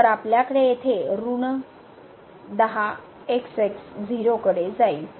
तर आपल्याकडे येथे ऋण 10 xx 0 कडे जाईल